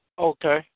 Okay